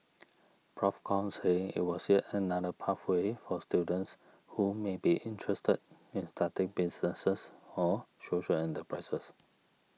Prof Kong said it was yet another pathway for students who may be interested in starting businesses or social enterprises